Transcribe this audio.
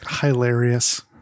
hilarious